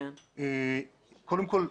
קדם כל,